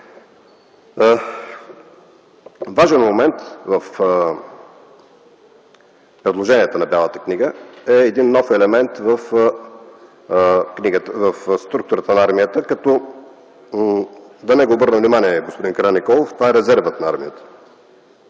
Важен момент в предложенията на Бялата книга е един нов елемент в структурата на армията, като на него обърна внимание господин Караниколов – това е резервът на армията.